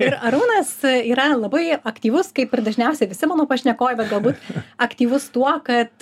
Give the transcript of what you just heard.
ir arūnas yra labai aktyvus kaip ir dažniausiai visi mano pašnekovai bet galbūt aktyvus tuo kad